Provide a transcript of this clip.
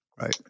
Right